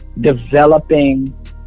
Developing